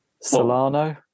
Solano